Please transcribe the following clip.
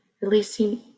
releasing